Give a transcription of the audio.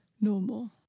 normal